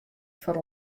foar